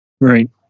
Right